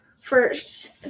First